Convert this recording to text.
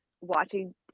watching